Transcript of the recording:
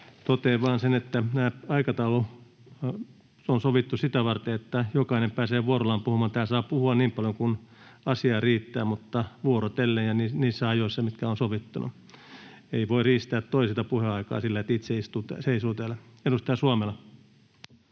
Totean vain sen, että tämä aikataulu on sovittu sitä varten, että jokainen pääsee vuorollaan puhumaan. Täällä saa puhua niin paljon kuin asiaa riittää mutta vuorotellen ja niissä ajoissa, mitkä on sovittu. Ei voi riistää toiselta puheaikaa sillä, että itse seisoo täällä. — Edustaja Suomela.